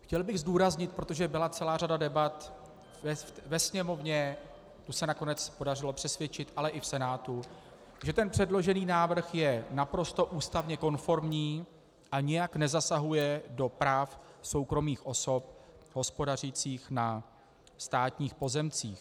Chtěl bych zdůraznit protože byla celá řada debat ve Sněmovně, tu se nakonec podařilo přesvědčit, ale i v Senátu , že ten předložený návrh je naprosto ústavně konformní a nijak nezasahuje do práv soukromých osob hospodařících na státních pozemcích.